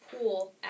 pool